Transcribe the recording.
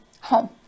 home